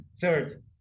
Third